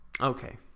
Okay